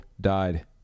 died